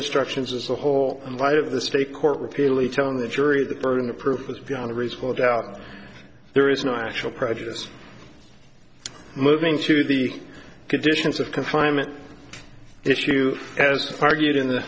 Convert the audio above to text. instructions as a whole invite of the state court repeatedly telling the jury the burden of proof beyond reasonable doubt there is no actual prejudice moving to the conditions of confinement if you as argued in the